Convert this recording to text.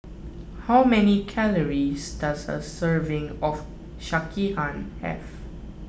how many calories does a serving of Sekihan have